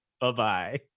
Bye-bye